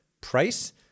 price